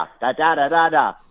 da-da-da-da-da